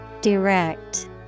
Direct